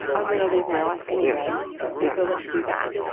i'm gonna live my life anyway. and so, let's do that.